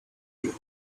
you